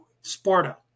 Sparta